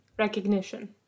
recognition